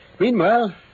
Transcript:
Meanwhile